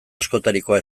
askotarikoa